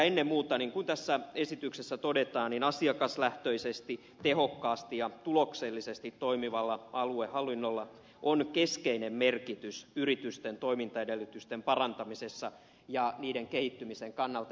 ennen muuta niin kuin tässä esityksessä todetaan asiakaslähtöisesti tehokkaasti ja tuloksellisesti toimivalla aluehallinnolla on keskeinen merkitys yritysten toimintaedellytysten parantamisessa ja niiden kehittymisen kannalta